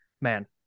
man